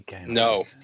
no